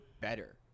better